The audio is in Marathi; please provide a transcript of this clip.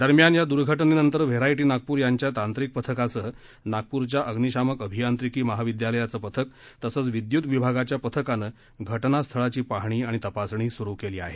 दरम्यान या घटनेनंतर व्हेरायटी नागपूर यांच्या तांत्रिक पथकासह नागपूरच्या अग्निशामक अभियांत्रिकी महाविदयालयाच्या पथक आणि विदयुत विभागाच्या पथकानं घटनास्थळाची पाहणी आणि तपासणी सुरु केली आहे